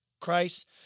Christ